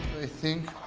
i think